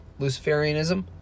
Luciferianism